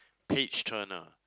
page turner